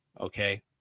okay